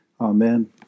Amen